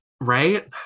Right